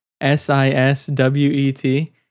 S-I-S-W-E-T